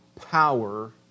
power